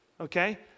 Okay